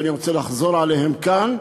ואני רוצה לחזור עליהם כאן,